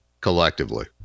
Collectively